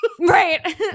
Right